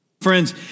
Friends